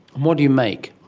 and what do you make?